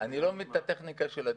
אני לא מבין את הטכניקה של הדיון.